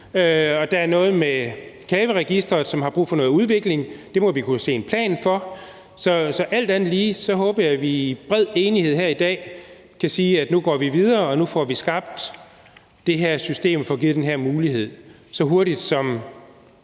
Og der er noget med CAVE-registeret, hvor der er brug for noget udvikling; det må vi kunne se en plan for. Så alt andet lige håber jeg, at vi i bred enighed her i dag kan sige, at nu går vi videre, og at nu får vi skabt det her system og får givet den her mulighed så hurtigt, som